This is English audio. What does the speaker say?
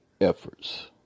efforts